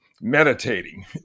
meditating